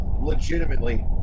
legitimately